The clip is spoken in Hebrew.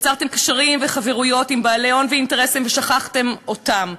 יצרתם קשרים וחברויות עם בעלי הון ואינטרסנטים ושכחתם אותם,